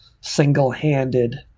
single-handed